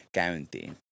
käyntiin